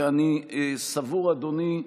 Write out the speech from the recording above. ואני סבור, אדוני,